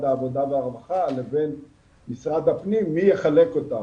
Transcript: העבודה והרווחה לבין משרד הפנים מי יחלק אותם,